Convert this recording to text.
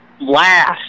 last